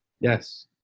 Yes